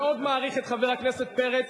מאוד מעריך את חבר הכנסת פרץ,